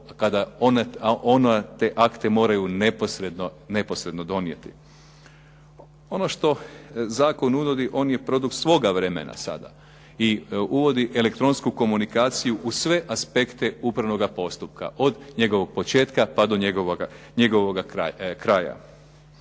kada oni te akte moraju neposredno donijeti. Ono što zakon nudi, on je produkt svoga vremena sada i uvodi elektronsku komunikaciju u sve aspekte upravnoga postupka od njegovog početka pa do njegovoga kraja.